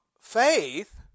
faith